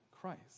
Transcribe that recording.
Christ